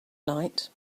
night